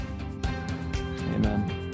Amen